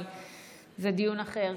אבל זה דיון אחר.